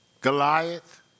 Goliath